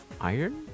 Iron